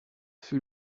fut